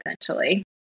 essentially